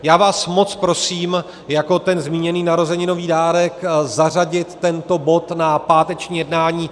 Já vás moc prosím jako ten zmíněný narozeninový dárek zařadit tento bod na páteční jednání.